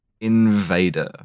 invader